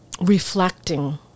reflecting